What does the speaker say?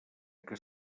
que